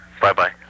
Bye-bye